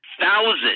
thousand